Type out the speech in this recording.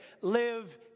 live